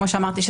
כמו שאמרתי,